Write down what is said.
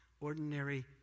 ordinary